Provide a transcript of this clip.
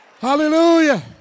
Hallelujah